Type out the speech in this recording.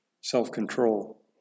self-control